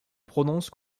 prononce